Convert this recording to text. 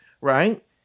right